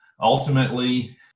Ultimately